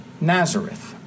Nazareth